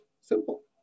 Simple